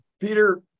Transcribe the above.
Peter